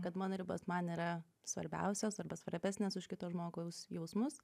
kad mano ribos man yra svarbiausios arba svarbesnės už kito žmogaus jausmus